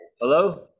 Hello